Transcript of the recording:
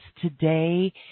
today